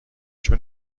چون